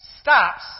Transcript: stops